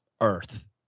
earth